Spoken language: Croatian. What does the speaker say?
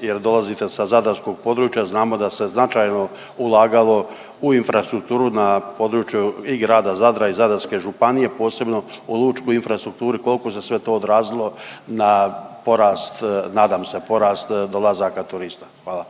jer dolazite sa zadarskog područja, znamo da se značajno ulagalo u infrastrukturu na području i grada Zadra i Zadarske županije, posebno u lučku infrastrukturu, kolko se sve to odrazilo na porast, nadam se porast dolazaka turista? Hvala.